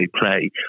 play